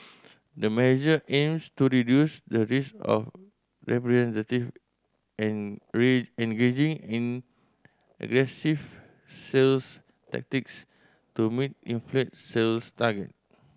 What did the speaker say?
the measure aims to reduce the risk of representative engaging in aggressive sales tactics to meet inflated sales targets